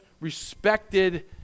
respected